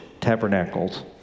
Tabernacles